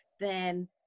Then-